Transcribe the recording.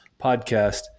podcast